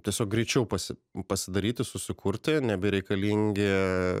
tiesiog greičiau pasi pasidaryti susikurti nebereikalingi